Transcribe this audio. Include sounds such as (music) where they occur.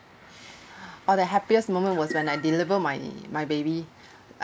(breath) oh the happiest moment was when I deliver my my baby